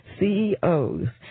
CEO's